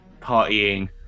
partying